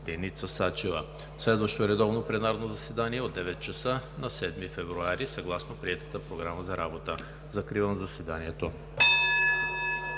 Деница Сачева. Следващото редовно пленарно заседание е от 9,00 ч. на 7 февруари 2020 г. съгласно приетата Програма за работа. Закривам заседанието.